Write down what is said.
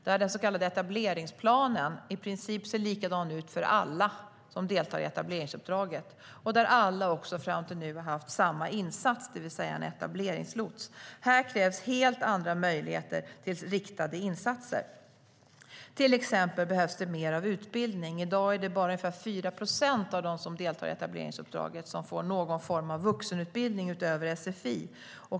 Den så kallade etableringsplanen ser i princip likadan ut för alla som deltar i etableringsuppdraget. Alla har också, fram till nu, haft samma insats, det vill säga en etableringslots. Det krävs helt andra möjligheter till riktade insatser. Till exempel behövs det mer av utbildning. I dag är det bara ungefär 4 procent av dem som deltar i etableringsuppdraget som får någon form av vuxenutbildning utöver sfi.